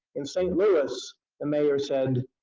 in st. louis the mayor said